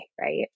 right